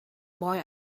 boy